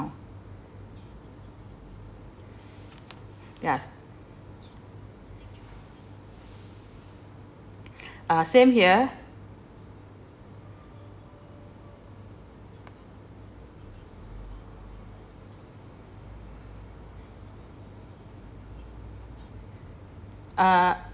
ya ah same here uh